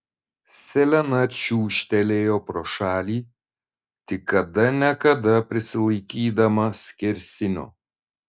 selena čiūžtelėjo pro šalį tik kada ne kada prisilaikydama skersinio